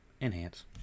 enhance